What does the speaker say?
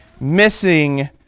missing